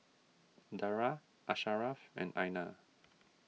Dara Asharaff and Aina